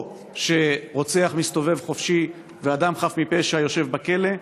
או שרוצח מסתובב חופשי ואדם חף מפשע יושב בכלא,